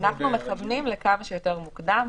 אנחנו מכוונים כמה שיותר מוקדם.